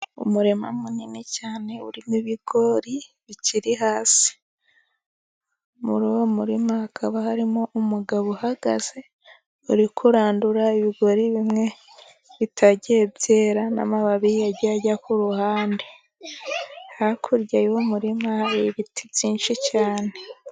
Umurima munini cyane urimo ibigori bikiri hasi . Muri uwo murima hakaba harimo umugabo uhagaze, uri kurandura ibigori bimwe bitagiye byera n'amababi yagiye ajya ku ruhande hakurya y'umurima ibiti byinshi cyane.